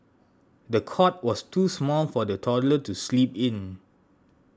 the cot was too small for the toddler to sleep in